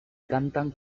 cantan